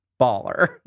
baller